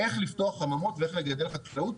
איך לפתוח חממות ואיך לגדל חקלאות,